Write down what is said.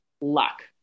luck